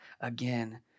again